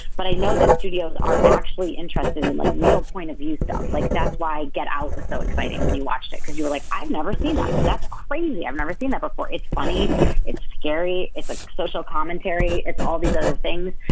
but i know that studios are actually interested in like real point of view stuff like that's why get out was so exciting when you watched it because you were like i've never seen that. that's crazy. i've never seen that before. it's funny it's scary. it's a social commentary it's all these other things.